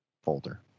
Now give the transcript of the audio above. folder